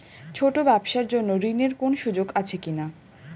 ছোট ব্যবসার জন্য ঋণ এর কোন সুযোগ আছে কি না?